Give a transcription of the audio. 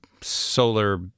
solar